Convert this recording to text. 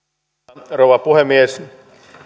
arvoisa rouva puhemies